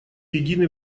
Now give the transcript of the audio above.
едины